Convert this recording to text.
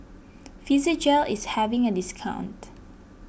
Physiogel is having a discount